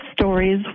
stories